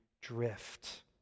drift